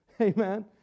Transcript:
amen